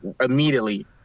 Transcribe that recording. immediately